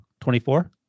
24